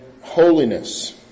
holiness